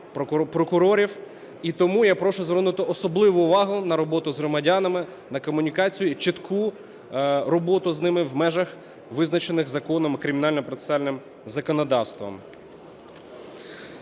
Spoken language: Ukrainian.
І тому я прошу звернути особливу увагу на роботу з громадянами, на комунікацію і чітку роботу з ними в межах, визначених законом і кримінально-процесуальним законодавством.